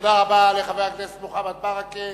תודה רבה לחבר הכנסת מוחמד ברכה.